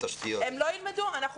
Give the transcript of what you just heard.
הם לא ילמדו.